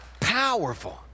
Powerful